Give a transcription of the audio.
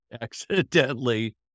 accidentally